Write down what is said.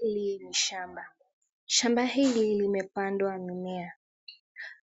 Hili ni shamba. Shamba hili limepandwa mimea.